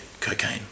Cocaine